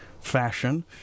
fashion